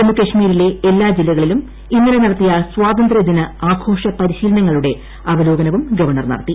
ജമ്മു കശ്മീരിലെ എല്ലാ ജില്ലകളിലും ഇന്നലെ നടത്തിയ സ്വാതന്ത്ര്യദിന ആഘോഷ പരിശീലനങ്ങളുട്ടെ അവ്വലോകനവും ഗവർണ്ണർ നടത്തി